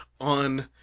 on